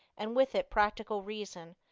and with it practical reason,